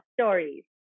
stories